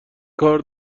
کار